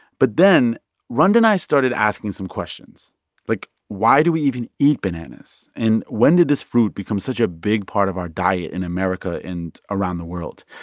but then rund and i started asking some questions like, why do we even eat bananas, and when did this fruit become such a big part of our diet in america and around the world?